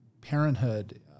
parenthood